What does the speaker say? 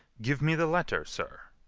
give me the letter, sir.